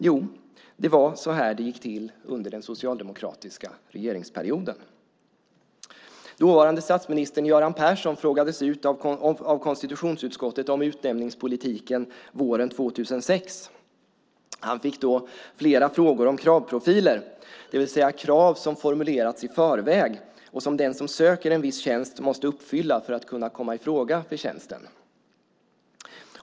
Jo, det var så det gick till under den socialdemokratiska regeringsperioden. Den dåvarande statsministern Göran Persson frågades ut av konstitutionsutskottet om utnämningspolitiken våren 2006. Han fick då flera frågor om kravprofiler, det vill säga krav som har formulerats i förväg och som den som söker en viss tjänst måste uppfylla för att kunna komma i fråga för tjänsten.